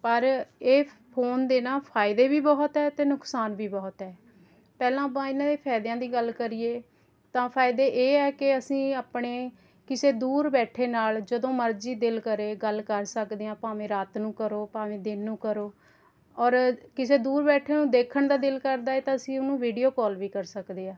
ਪਰ ਇਹ ਫੋਨ ਦੇ ਨਾ ਫਾਇਦੇ ਵੀ ਬਹੁਤ ਹੈ ਅਤੇ ਨੁਕਸਾਨ ਵੀ ਬਹੁਤ ਹੈ ਪਹਿਲਾਂ ਆਪਾਂ ਇਹਨਾਂ ਦੇ ਫਾਇਦਿਆਂ ਦੀ ਗੱਲ ਕਰੀਏ ਤਾਂ ਫਾਇਦੇ ਇਹ ਹੈ ਕਿ ਅਸੀਂ ਆਪਣੇ ਕਿਸੇ ਦੂਰ ਬੈਠੇ ਨਾਲ਼ ਜਦੋਂ ਮਰਜ਼ੀ ਦਿਲ ਕਰੇ ਗੱਲ ਕਰ ਸਕਦੇ ਹਾਂ ਭਾਵੇਂ ਰਾਤ ਨੂੰ ਕਰੋ ਭਾਵੇਂ ਦਿਨ ਨੂੰ ਕਰੋ ਔਰ ਕਿਸੇ ਦੂਰ ਬੈਠੇ ਨੂੰ ਦੇਖਣ ਦਾ ਦਿਲ ਕਰਦਾ ਹੈ ਤਾਂ ਅਸੀਂ ਉਹਨੂੰ ਵੀਡੀਓ ਕਾਲ ਵੀ ਕਰ ਸਕਦੇ ਹਾਂ